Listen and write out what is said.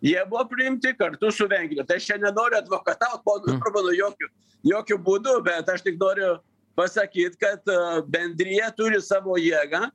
jie buvo priimti kartu su vengrija tai aš čia nenoriu advokataut ponui orbanui jokiu jokiu būdu bet aš tik noriu pasakyt kad bendrija turi savo jėgą